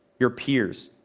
your peers.